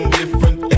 different